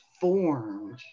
formed